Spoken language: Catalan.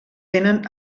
tenen